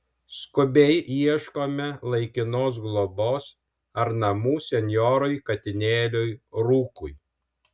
skubiai ieškome laikinos globos ar namų senjorui katinėliui rūkui